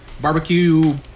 Barbecue